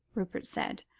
rupert said.